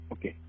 Okay